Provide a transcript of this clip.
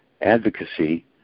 advocacy